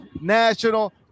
national